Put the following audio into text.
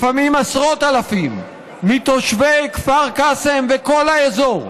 לפעמים עשרות אלפים מתושבי כפר קאסם וכל האזור,